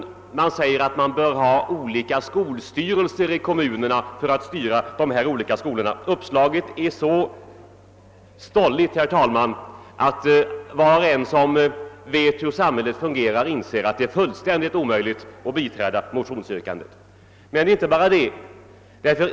Man säger t.o.m. att man bör ha olika skolstyrelser i kommunerna för att styra dessa olika skolor. Uppslaget är så stolligt, herr talman, att var och en som vet hur samhället fungerar inser att det är fullständigt omöjligt att biträda motionsyrkandet. Men det är inte bara det.